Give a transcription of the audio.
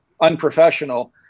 unprofessional